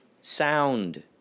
Sound